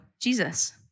Jesus